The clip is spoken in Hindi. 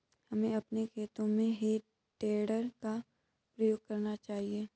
हमें अपने खेतों में हे टेडर का प्रयोग करना चाहिए